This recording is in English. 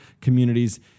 communities